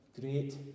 Great